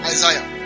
Isaiah